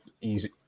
easy